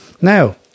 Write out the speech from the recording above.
now